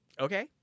Okay